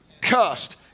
cursed